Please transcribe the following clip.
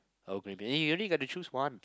Earl Grey but then you only get to choose one